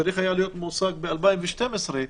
ב-2012,